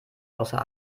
außer